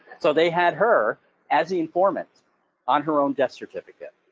so they had her as the informant on her own death certificate.